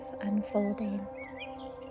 unfolding